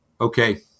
Okay